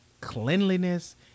cleanliness